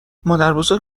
مادربزرگ